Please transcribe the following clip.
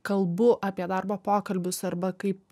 kalbu apie darbo pokalbius arba kaip